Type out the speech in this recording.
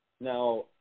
now